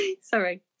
sorry